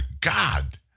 God